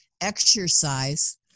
exercise